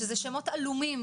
שזה שמות עלומים,